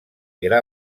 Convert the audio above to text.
gra